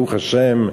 ברוך השם,